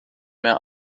mehr